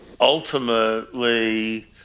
ultimately